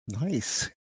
nice